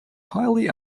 highly